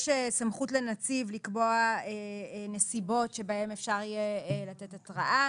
יש סמכות לנציב לקבוע נסיבות בהן אפשר יהיה לתת התראה.